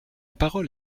parole